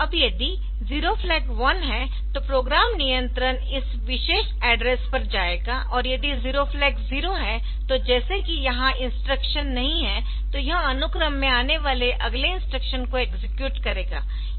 अब यदि जीरोफ्लैग 1 है तो प्रोग्राम नियंत्रण इस विशेष एड्रेस पर जाएगा और यदि जीरो फ्लैग 0 है तो जैसा कि यहां इंस्ट्रक्शन नहीं है तो यह अनुक्रम में आने वाले अगले इंस्ट्रक्शन को एक्सेक्यूट करेगा